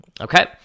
okay